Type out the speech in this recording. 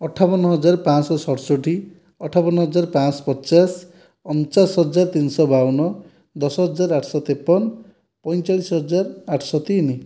ଅଠାବନ ହଜାର ପାଞ୍ଚଶହ ଷତସଠି ଅଠାବନ ହଜାର ପାଞ୍ଚଶହ ପଚାଶ ଅଣଚାଶ ହଜାର ତିନିଶହ ବାଉନ ଦଶହଜାର ଆଠଶହ ତେପନ ପଇଁଚାଳିଶ ହଜାର ଆଠଶହ ତିନି